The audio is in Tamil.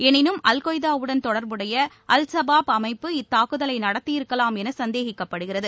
எனினும் அல்கொய்தாவுடன் தொடர்புடைய அல் சபாப் அமைப்பு இத்தாக்குதலை நடத்தியிருக்கலாம் என சந்தேகிக்கப்படுகிறது